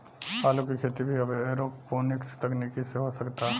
आलू के खेती भी अब एरोपोनिक्स तकनीकी से हो सकता